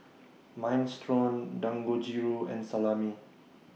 Minestrone Dangojiru and Salami